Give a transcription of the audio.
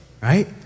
Right